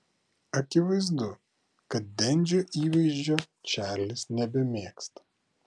akivaizdu kad dendžio įvaizdžio čarlis nebemėgsta